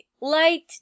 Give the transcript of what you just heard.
light